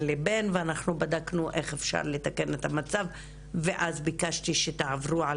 לבין ואנחנו בדקנו איך אפשר לתקן את המצב ואז ביקשתי שתעברו על